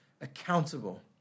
accountable